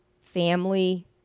family